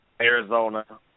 Arizona